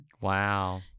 Wow